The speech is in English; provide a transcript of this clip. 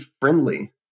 friendly